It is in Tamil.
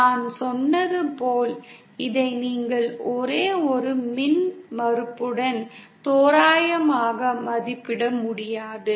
நான் சொன்னது போல் இதை நீங்கள் ஒரே ஒரு மின்மறுப்புடன் தோராயமாக மதிப்பிட முடியாது